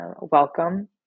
welcome